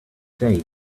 day